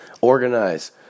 Organize